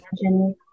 imagine